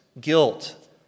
guilt